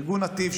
ארגון נתיב,